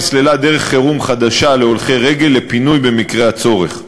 נסללה דרך חירום חדשה להולכי רגל לפינוי במקרה הצורך.